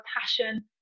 passion